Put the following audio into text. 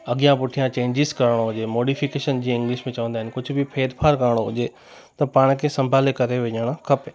अॻियां पुठियां चेंजिस करिणो हुजे मोडिफ़िकेशन जीअं इंग्लिश में चवंदा आहिनि कुझु बि फेर फार करिणो हुजे त पाण खे संभाले करे विझणु खपे